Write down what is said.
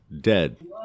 dead